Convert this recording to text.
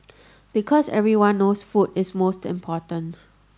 because everyone knows food is most important